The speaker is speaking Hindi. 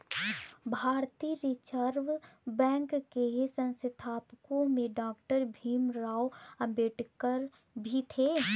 भारतीय रिजर्व बैंक के संस्थापकों में डॉक्टर भीमराव अंबेडकर भी थे